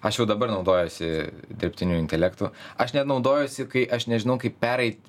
aš jau dabar naudojuosi dirbtiniu intelektu aš net naudojuosi kai aš nežinau kaip pereiti